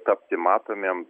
tapti matomiem